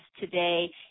today